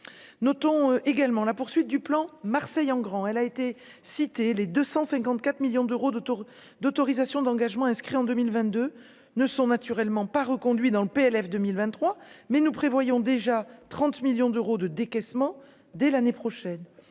notons également la poursuite du plan Marseille en grand, elle a été cité, les 254 millions d'euros de tours d'autorisations d'engagement inscrit en 2022 ne sont naturellement pas reconduit dans le PLF 2023 mais nous prévoyons déjà 30 millions d'euros de décaissement dès l'année prochaine